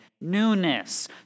newness